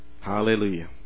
Hallelujah